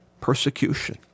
Persecution